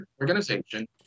organization